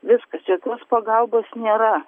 viskas jokios pagalbos nėra